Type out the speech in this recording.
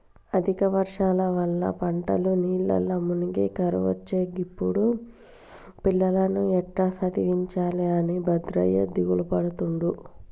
అధిక వర్షాల వల్ల పంటలు నీళ్లల్ల మునిగి కరువొచ్చే గిప్పుడు పిల్లలను ఎట్టా చదివించాలె అని భద్రయ్య దిగులుపడుతుండు